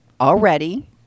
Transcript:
already